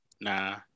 Nah